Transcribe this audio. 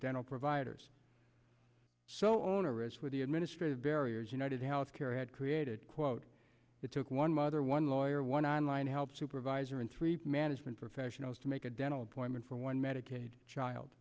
dental providers so onerous were the administrative barriers united health care had created quote it took one mother one lawyer one on line health supervisor and three management professionals to make a dental appointment for one medicaid child